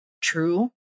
True